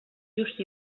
just